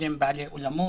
וקודם לכן בעלי אולמות.